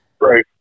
Right